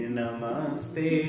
namaste